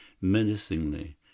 menacingly